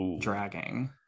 dragging